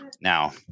Now